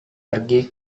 pergi